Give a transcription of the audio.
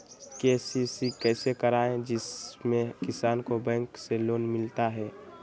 KCC कैसे कराये जिसमे किसान को बैंक से लोन मिलता है?